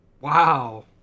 Wow